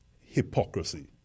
hypocrisy